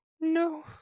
No